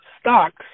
stocks